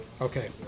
Okay